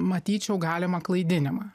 matyčiau galimą klaidinimą